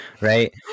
right